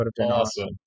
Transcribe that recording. awesome